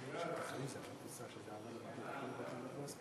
ההצעה להעביר את הנושא לוועדת